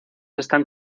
están